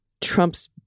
trump's